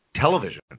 television